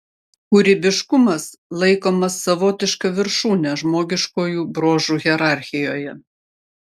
kūrybiškumas laikomas savotiška viršūne žmogiškųjų bruožų hierarchijoje